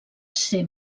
ser